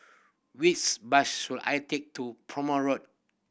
which bus should I take to Prome Road